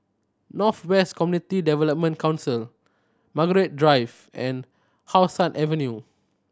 North West Community Development Council Margaret Drive and How Sun Avenue